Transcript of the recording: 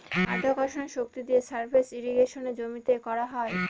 মাধ্যাকর্ষণের শক্তি দিয়ে সারফেস ইর্রিগেশনে জমিতে করা হয়